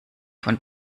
für